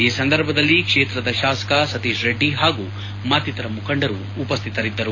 ಈ ಸಂದರ್ಭದಲ್ಲಿ ಕ್ಷೇತ್ರದ ಶಾಸಕ ಸತೀಶ್ ರೆಡ್ಡಿ ಹಾಗು ಮತ್ತಿತರ ಮುಖಂಡರು ಉಪಸ್ಥಿತರಿದ್ದರು